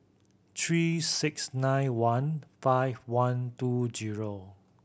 three six nine one five one two zero